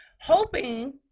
hoping